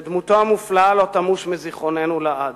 שדמותו המופלאה לא תמוש מזיכרוננו לעד.